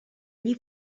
gli